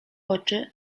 oczy